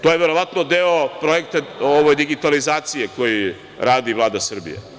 To je verovatno deo projekta digitalizacije koji radi Vlada Srbije.